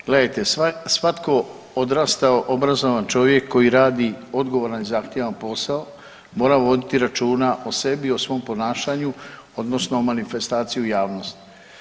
Gledajte svatko odrastao obrazovan čovjek koji radi odgovoran i zahtjevan posao mora voditi računa o sebi i o svom ponašanju odnosno manifestaciju u javnosti.